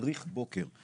תדריך בוקר,